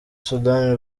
sudani